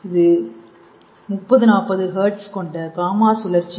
இது 3040ஹேர்ட்ஸ் கொண்ட காமா சுழற்சி